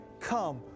come